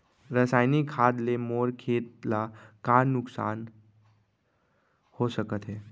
रसायनिक खाद ले मोर खेत ला का नुकसान हो सकत हे?